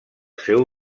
seu